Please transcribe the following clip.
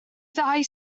ddau